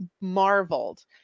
marveled